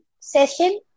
session